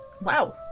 Wow